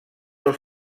els